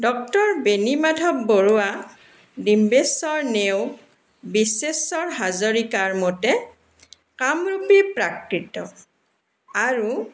doctor Beni Madhab Barua Dimbeswar Neog Bisweswar হাজৰিকাৰ মতে কামৰূপী প্ৰাকৃত আৰু